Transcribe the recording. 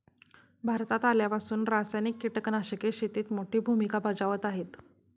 भारतात आल्यापासून रासायनिक कीटकनाशके शेतीत मोठी भूमिका बजावत आहेत